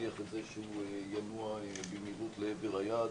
ולהבטיח את זה שהוא ינוע במהירות לעבר היעד.